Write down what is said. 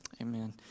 amen